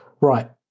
right